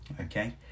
Okay